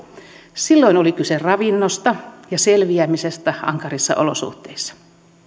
silloin oli kyse ravinnosta ja selviämisestä ankarissa olosuhteissa